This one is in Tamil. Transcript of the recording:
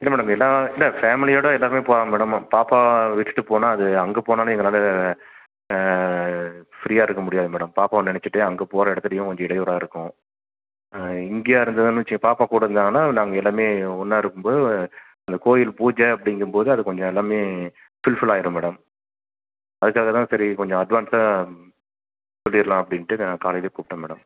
இல்லை மேடம் எல்லாம் இல்லை ஃபேமிலியோட எல்லாருமே போறாங்க மேடம் பாப்பா விட்டுவிட்டுப் போனா அது அங்கே போனாலும் எங்கனால் ஃப்ரியாக இருக்க முடியாது மேடம் பாப்பாவை நினச்சிட்டு அங்கே போகற இடத்துலையும் கொஞ்சம் இடையூறாக இருக்கும் இங்கேயா இருந்ததுன்னு வச் பாப்பாகூட இருந்தனால் நாங்கள் எல்லாமே ஒன்னாக இருக்கும்போது இந்த கோயில் பூஜை அப்படிங்கும்போது அது கொஞ்சம் எல்லாமே ஃபில்ஃபுல் ஆயிரும் மேடம் அதுக்காகதான் சரி கொஞ்சம் அட்வான்ஸாக சொல்லிரலாம் அப்படின்டு நான் காலையில கூப்பிடேன் மேடம்